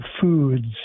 foods